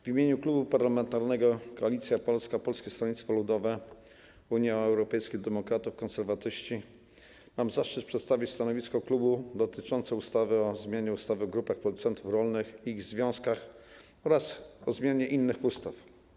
W imieniu Klubu Parlamentarnego Koalicja Polska - Polskie Stronnictwo Ludowe, Unia Europejskich Demokratów, Konserwatyści mam zaszczyt przedstawić stanowisko klubu dotyczące ustawy o zmianie ustawy o grupach producentów rolnych i ich związkach oraz o zmianie innych ustaw.